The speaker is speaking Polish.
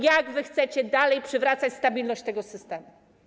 Jak wy chcecie dalej przywracać stabilność tego systemu?